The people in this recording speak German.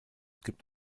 gibt